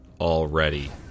already